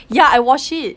ya I watched it